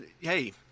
hey